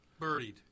Birdied